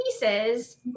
pieces